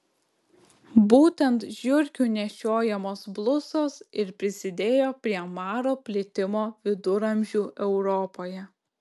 būtent žiurkių nešiojamos blusos ir prisidėjo prie maro plitimo viduramžių europoje